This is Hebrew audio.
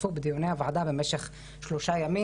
השתתפו בדיוני הוועדה במשך שלושה ימים